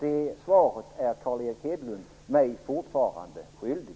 Det svaret är Carl Erik Hedlund mig fortfarande skyldig.